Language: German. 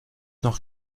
noch